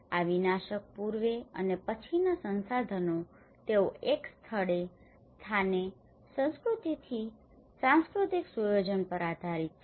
આ વિનાશક પૂર્વે અને પછીના સંસાધનો તેઓ એક સ્થળે સ્થાને સંસ્કૃતિથી સાંસ્કૃતિક સુયોજન પર આધારિત છે